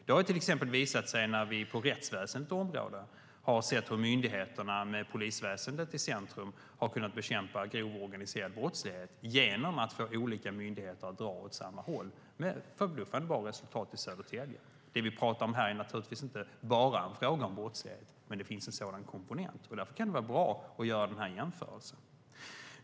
Det har till exempel visat sig på rättsväsendets område att myndigheterna med polisväsendet i centrum har kunnat bekämpa grov organiserad brottslighet i Södertälje genom att få olika myndigheter att dra åt samma håll med förbluffande bra resultat. Det vi pratar om här är naturligtvis inte bara en fråga om brottslighet, men det finns en sådan komponent, och därför kan det vara bra att göra den jämförelsen.